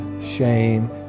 shame